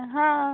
हां